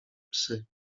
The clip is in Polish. psy